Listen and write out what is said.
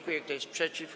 Kto jest przeciw?